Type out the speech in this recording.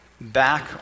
back